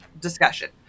discussion